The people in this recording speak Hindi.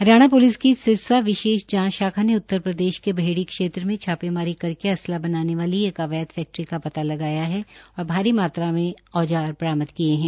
हरियाणा प्लिस की सिरसा विशेष जांच दल शाखा ने उत्तर प्रदेश के बहेड़ी क्षेत्र में छाप्रेमारी करके असला बनाने वाली एक अवैध फैक्ट्री का श्ता लगाया है और भारीत मात्रा में औजार बरामद किये है